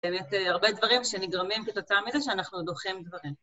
באמת, הרבה דברים שנגרמים כתוצאה מזה, שאנחנו דוחים דברים.